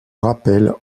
rappel